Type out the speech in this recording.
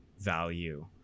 value